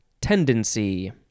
tendency